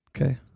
Okay